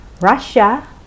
Russia